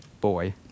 boy